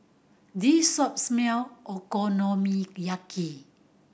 this shop smell Okonomiyaki